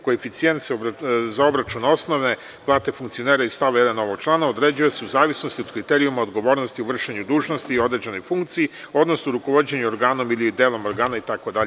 Koeficijent za obračun osnove plate funkcionera iz stava 1. ovog člana određuje se u zavisnosti od kriterijuma odgovornosti u vršenju dužnosti i određene funkcije, odnosno rukovođenje organom ili delom organa itd.